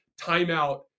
Timeout